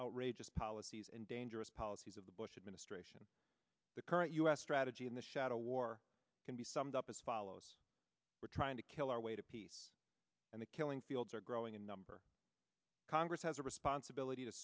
outrageous policies and dangerous policies of the bush administration the current u s strategy in the shadow war can be summed up as follows we're trying to kill our way to peace and the killing fields are growing in number congress has a responsibility to